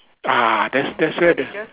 ah that's that's where the